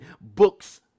books